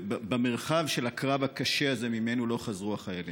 במרחב של הקרב הקשה הזה, שממנו לא חזרו החיילים.